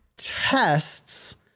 tests